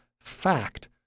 fact